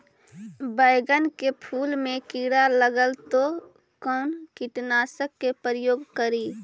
बैगन के फुल मे कीड़ा लगल है तो कौन कीटनाशक के प्रयोग करि?